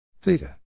Theta